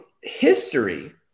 history